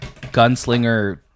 gunslinger